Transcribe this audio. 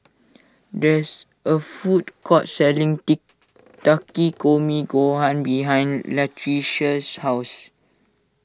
there is a food court selling Takikomi Gohan behind Latricia's house